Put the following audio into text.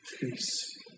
peace